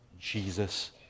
Jesus